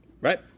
Right